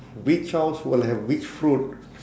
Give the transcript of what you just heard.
which house will have which fruit